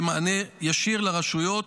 כמענה ישיר לרשויות,